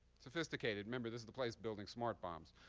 sophisticated remember, this is the place building smart bombs.